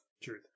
Truth